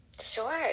Sure